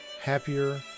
happier